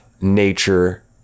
nature